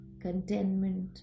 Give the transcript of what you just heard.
contentment